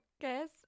guess